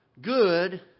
Good